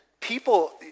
people